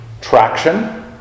Traction